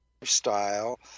lifestyle